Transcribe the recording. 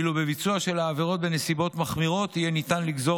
ואילו בביצוע של עבירות בנסיבות מחמירות יהיה ניתן לגזור